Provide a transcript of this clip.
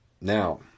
Now